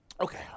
Okay